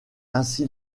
ainsi